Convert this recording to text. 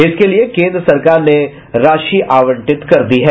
इसके लिये केंद्र सरकार ने राशि आवंटित कर दी है